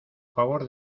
favor